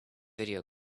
video